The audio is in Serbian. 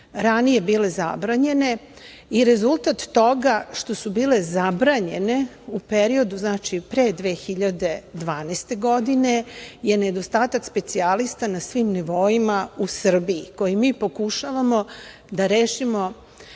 ranije bile zabranjene i rezultat toga što su bile zabranjene u periodu pre 2012. godine je nedostatak specijalista na svim nivoima u Srbiji, koji mi pokušavamo da rešimo